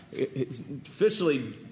officially